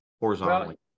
horizontally